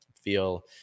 feel